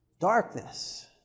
Darkness